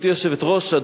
גברתי היושבת-ראש,